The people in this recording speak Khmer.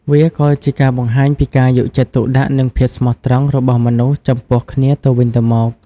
វាក៏ជាការបង្ហាញពីការយកចិត្តទុកដាក់និងភាពស្មោះត្រង់របស់មនុស្សចំពោះគ្នាទៅវិញទៅមក។